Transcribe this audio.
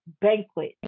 banquet